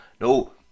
No